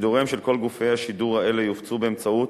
שידוריהם של כל גופי השידור האלה יופצו באמצעות